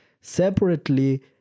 separately